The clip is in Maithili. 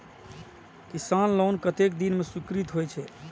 किसान लोन कतेक दिन में स्वीकृत होई छै?